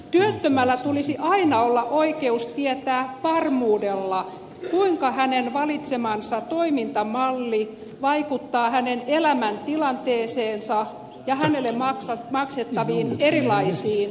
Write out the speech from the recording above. työttömällä tulisi aina olla oikeus tietää varmuudella kuinka hänen valitsemansa toimintamalli vaikuttaa hänen elämäntilanteeseensa ja hänelle maksettaviin erilaisiin tukiin